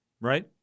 right